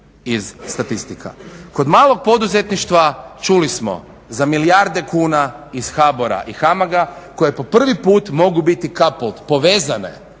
iz statistika. Kod malog poduzetništva čuli smo za milijarde kuna iz HABOR-a i HAMAG-a koje po prvi put mogu biti …